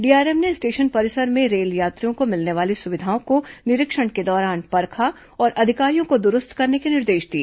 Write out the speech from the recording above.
DRM ने station परिसर में रेल यात्रियों को मिलने वाली सुविधाओं को निरीक्षण के दौरान परखा और अधिकारियों को दुरूस्त करने के निर्देश दिए